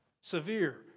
severe